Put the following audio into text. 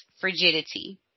frigidity